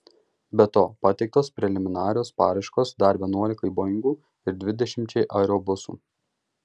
be to pateiktos preliminarios paraiškos dar vienuolikai boingų ir dvidešimčiai aerobusų